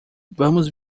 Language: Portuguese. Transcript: vamos